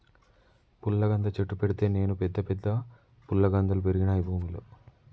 పుల్లగంద చెట్టు పెడితే నేను పెద్ద పెద్ద ఫుల్లగందల్ పెరిగినాయి భూమిలో